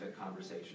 conversation